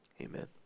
amen